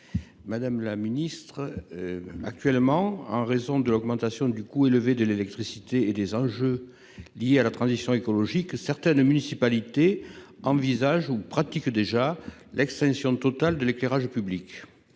Madame la ministre, en raison de l'augmentation du prix de l'électricité et des enjeux liés à la transition écologique, certaines municipalités envisagent, ou pratiquent déjà, l'extinction totale de l'éclairage public.